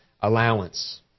allowance